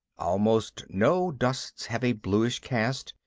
almost no dusts have a bluish cast,